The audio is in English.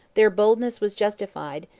their boldness was justified,